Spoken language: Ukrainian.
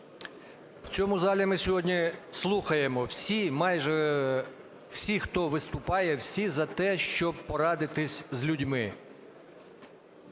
В цьому залі ми сьогодні слухаємо: всі, майже всі, хто виступає, всі за те, щоб порадитись з людьми.